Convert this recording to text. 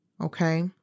okay